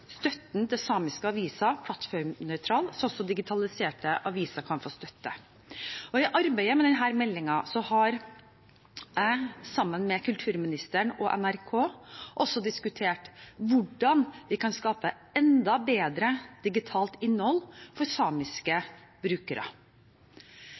støtten til samiske aviser plattformnøytral, slik at også digitaliserte aviser kan få støtte. I arbeidet med denne meldingen har jeg, sammen med kulturministeren og NRK, diskutert hvordan vi kan skape enda bedre digitalt innhold for samiske